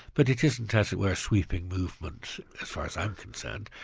but it isn't as it were, sweeping movements as far as i'm concerned,